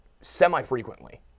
semi-frequently